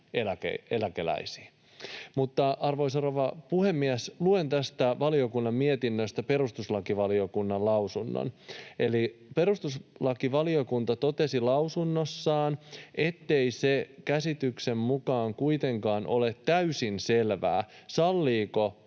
eläkeläisiin. Arvoisa rouva puhemies! Luen tästä valiokunnan mietinnöstä perustuslakivaliokunnan lausunnon. Eli perustuslakivaliokunta totesi lausunnossaan, ettei sen käsityksen mukaan kuitenkaan ole täysin selvää, salliiko